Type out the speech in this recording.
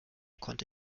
konnte